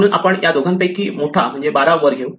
म्हणून आपण या दोघांपैकी मोठा म्हणजे 12 वर घेऊ